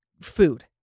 food